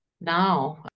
now